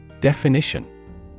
Definition